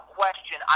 question